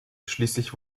schließlich